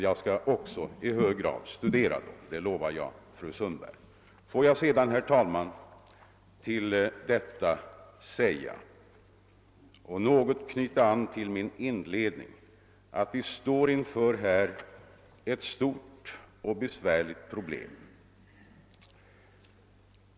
Jag skall studera dem, det lovar jag fru Sundberg. Låt mig sedan, herr talman, till detta säga och därmed något knyta an till min inledning, att vi här står inför ett stort och besvärligt problem.